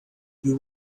you